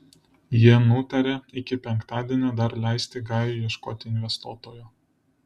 jie nutarė iki penktadienio dar leisti gajui ieškoti investuotojo